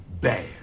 Bad